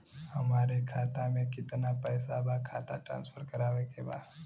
हमारे खाता में कितना पैसा बा खाता ट्रांसफर करावे के बा?